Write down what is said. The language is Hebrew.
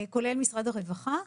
כולל משרד הרווחה,